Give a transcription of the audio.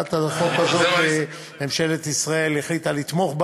בהצעת החוק הזאת ממשלת ישראל החליטה לתמוך,